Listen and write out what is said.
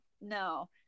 no